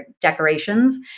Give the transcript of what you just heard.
decorations